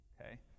okay